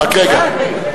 רק רגע.